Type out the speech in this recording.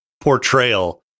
portrayal